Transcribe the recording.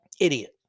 Idiot